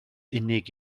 unig